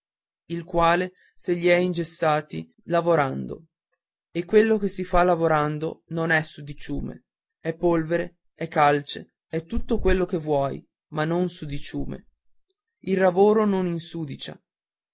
il quale se li è ingessati lavorando e quello che si fa lavorando non è sudiciume è polvere è calce è vernice è tutto quello che vuoi ma non sudiciume il lavoro non insudicia